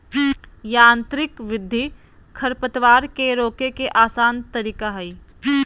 यांत्रिक विधि खरपतवार के रोके के आसन तरीका हइ